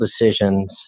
decisions